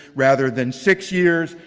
rather than six years.